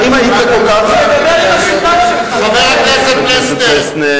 אם היית כל כך, חבר הכנסת פלסנר.